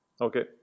okay